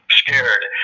scared